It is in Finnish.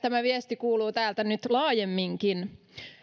tämä viesti kuuluu täältä nyt laajemminkin